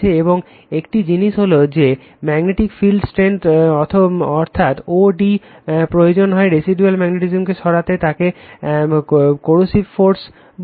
এবং একটি জিনিস হল যে ম্যাগনেটিক ফিল্ড স্ট্রেংথ অর্থাৎ o d প্রয়োজন হয় রেসিডুয়াল ম্যাগনেটিসমকে সরাতে তাকে কোয়ার্সিভ ফোর্স বলে